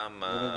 כמה, מה החלוקה.